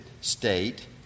state